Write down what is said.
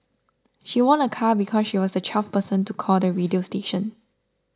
she won a car because she was the twelfth person to call the radio station